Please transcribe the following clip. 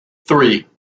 three